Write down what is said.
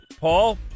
Paul